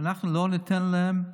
ואנחנו לא ניתן להם.